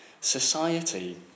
society